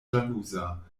ĵaluza